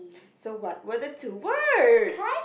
so what were the two words